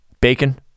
bacon